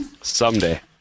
Someday